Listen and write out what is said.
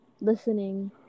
listening